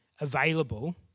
available